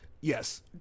Yes